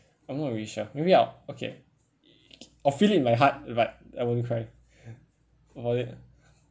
I'm not really sure maybe I'll okay I'll feel it in my heart but I won't cry what about it